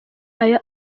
ayo